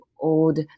old